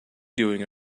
doing